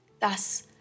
Thus